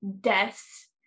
deaths